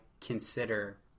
consider